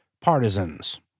partisans